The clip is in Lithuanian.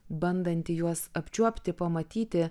bandanti juos apčiuopti pamatyti